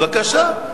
בבקשה.